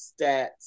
stats